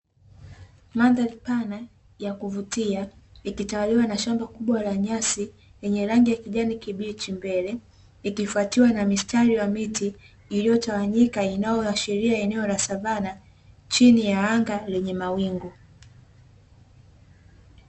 Mandhari pana yakuvutia ikitawaliwa na shamba kubwa la nyasi zenye rangi ya kijani kibichi mbele, ikifwatiwa na mistari ya miti iliyotawanyika. Inayoashiria eneo la savanna chini ya anga lenye mawingu.